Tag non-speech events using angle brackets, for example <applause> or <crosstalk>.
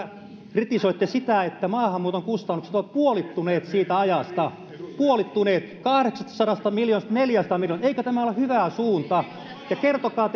kritisoitte sitä että maahanmuuton kustannukset ovat puolittuneet siitä ajasta puolittuneet kahdeksastasadasta miljoonasta neljäänsataan miljoonaan eikö tämä ole hyvä suunta ja kertokaa <unintelligible>